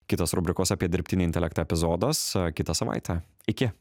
kitas rubrikos apie dirbtinį intelektą epizodas kitą savaitę iki